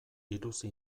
biluzi